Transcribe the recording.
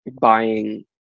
buying